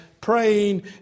praying